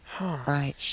Right